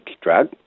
drug